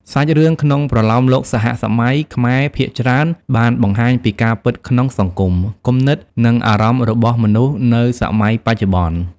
សាច់រឿងក្នុងប្រលោមលោកសហសម័យខ្មែរភាគច្រើនបានបង្ហាញពីការពិតក្នុងសង្គម គំនិត និងអារម្មណ៍របស់មនុស្សនៅសម័យបច្ចុប្បន្ន។